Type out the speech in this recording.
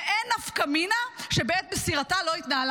ואין נפקא מינה שבעת מסירתה לא התנהלה